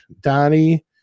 donnie